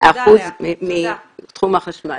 אחוזים מתחום החשמל.